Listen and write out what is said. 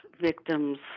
Victims